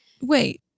Wait